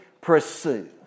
pursue